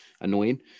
annoying